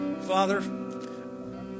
Father